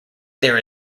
there